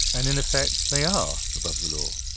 and in effect they are above the law.